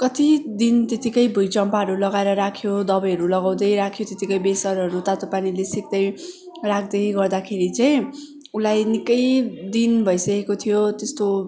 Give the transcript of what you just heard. कतिदिन त्यत्तिकै भुईँचम्पाहरू लगाएर राख्यो दबाईहरू लगाउँदै राख्यो त्यतिकै बेसारहरू तातो पानीले सेक्दै राख्दै गर्दाखेरि चाहिँ उसलाई निकै दिन भइसकेको थियो त्यस्तो